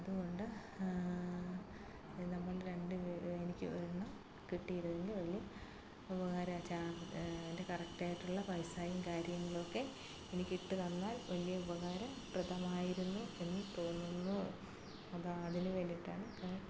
അപ്പോൾ അത്കൊണ്ട് നമ്മൾ രണ്ടു പേരും എനിക്ക് ഒരെണ്ണം കിട്ടിയിരുന്നെങ്കിൽ വലിയ ഉപകാരം അതിൻ്റെ കറക്റ്റായിട്ടുള്ള പൈസയും കാര്യങ്ങളും ഒക്കെ എനിക്ക് ഇട്ടുതന്നാൽ വലിയ ഉപകാരപ്രദമായിരുന്നു എന്ന് തോന്നുന്നു അതാ അതിന് വേണ്ടിയിട്ടാണ്